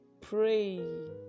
pray